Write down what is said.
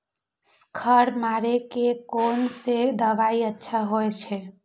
खर मारे के कोन से दवाई अच्छा होय छे?